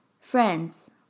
Friends